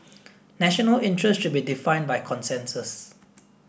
national interest should be defined by consensus